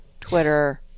Twitter